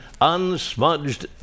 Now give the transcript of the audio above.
unsmudged